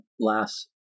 last